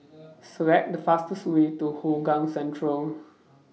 Select The fastest Way to Hougang Central